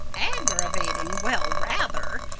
aggravating? well, rather!